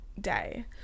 day